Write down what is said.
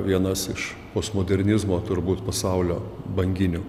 vienas iš postmodernizmo turbūt pasaulio banginių